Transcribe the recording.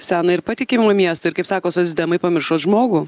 seną ir patikimą miestą ir kaip sako socdemai pamiršot žmogų